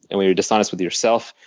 and when you're dishonest with yourself,